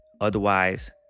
Otherwise